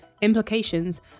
implications